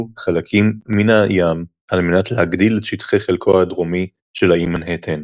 חלקים מן הים על מנת להגדיל את שטחי חלקו הדרומי של האי מנהטן.